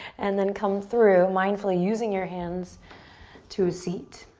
and then come through mindfully using your hands to a seat.